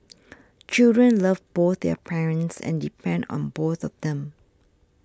children love both their parents and depend on both of them